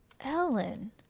ellen